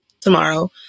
tomorrow